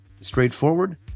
straightforward